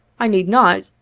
i need not,